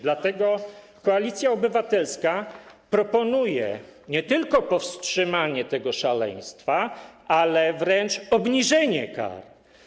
Dlatego Koalicja Obywatelska proponuje nie tylko powstrzymanie tego szaleństwa, ale wręcz obniżenie kar.